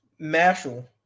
Mashal